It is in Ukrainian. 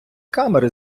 камери